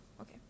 okay